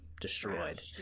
destroyed